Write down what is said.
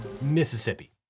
Mississippi